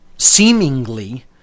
seemingly